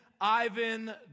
Ivan